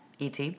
ET